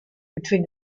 between